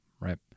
right